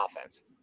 offense